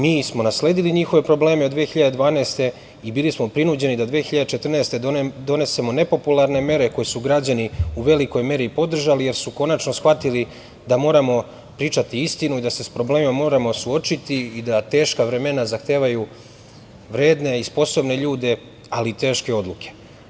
Mi smo nasledili njihove probleme od 2012. godine i bili smo prinuđeni da 2014. godine donesemo nepopularne mere koje su građani u velikoj meri podržali, jer su konačno shvatili da moramo pričati istinu i da se sa problemima moramo suočiti i da teška vremena zahtevaju vredne i sposobne ljude, ali i teške odluke.